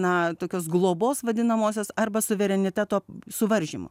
na tokios globos vadinamosios arba suvereniteto suvaržymų